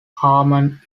harman